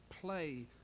play